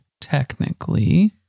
Technically